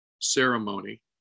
ceremony